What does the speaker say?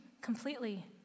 completely